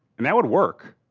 and that would work.